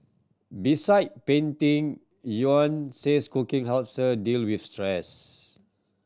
beside painting Yvonne says cooking helps her deal with stress